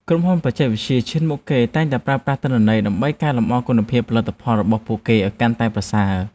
ក្រុមហ៊ុនបច្ចេកវិទ្យាឈានមុខគេតែងតែប្រើប្រាស់ទិន្នន័យដើម្បីកែលម្អគុណភាពផលិតផលរបស់ពួកគេឱ្យកាន់តែប្រសើរ។